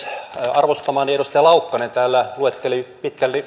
arvostamani edustaja laukkanen täällä luetteli pitkän